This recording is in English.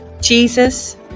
Jesus